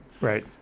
Right